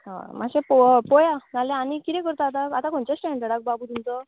अ मातशें पोवप पया नाल्या आनी कितें करता आतां आतां खंयच्या स्टँडर्डाक बाबू तुमचो